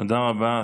תודה רבה.